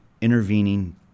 intervening